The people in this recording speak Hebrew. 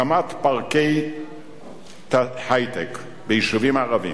הקמת פארקי היי-טק ביישובים ערביים,